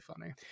funny